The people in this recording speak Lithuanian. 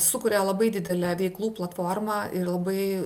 sukuria labai didelę veiklų platformą ir labai